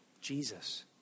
Jesus